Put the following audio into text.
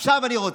עכשיו אני רוצה.